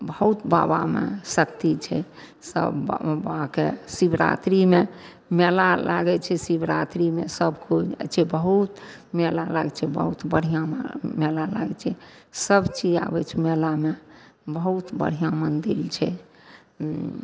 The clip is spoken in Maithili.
बहुत बाबामे शक्ति छै सब बाबाके शिवरात्रिमे मेला लागै छै शिवरात्रिमे सभकोइ जाइ छै बहुत मेला लागै छै बहुत बढ़िआँ मेला लागै छै सबचीज आबै छै मेलामे बहुत बढ़िआँ मन्दिर छै